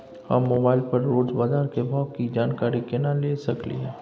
हम मोबाइल पर रोज बाजार के भाव की जानकारी केना ले सकलियै?